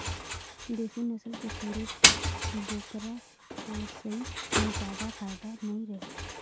देसी नसल के छेरी बोकरा पोसई में जादा फायदा नइ रहें